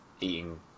eating